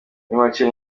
macye